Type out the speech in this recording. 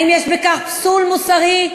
האם יש בכך פסול מוסרי?